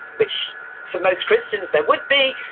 which for most christians there would be,